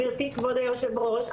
גברתי היושבת-ראש,